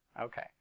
Okay